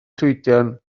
llwydion